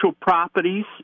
properties